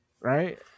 right